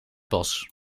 bos